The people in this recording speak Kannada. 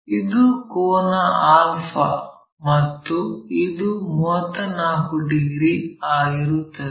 ಇದು ಕೋನ ಆಲ್ಫಾ ಮತ್ತು ಇದು 34 ಡಿಗ್ರಿ ಆಗಿರುತ್ತದೆ